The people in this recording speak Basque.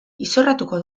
izorratuko